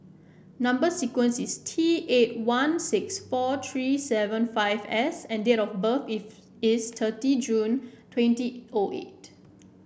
number sequence is T eight one six four three seven five S and date of birth is is thirty June twenty O eight